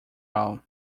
all